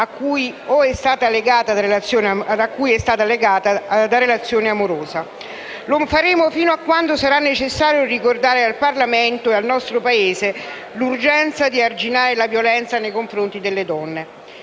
a cui è o è stata legata da relazione amorosa. Lo faremo fino a quando sarà necessario ricordare al Parlamento e al nostro Paese l'urgenza di arginare la violenza nei confronti delle donne.